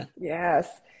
yes